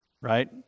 right